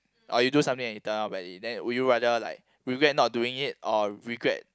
or you do something and it turn out badly then would you rather like regret not doing it or regret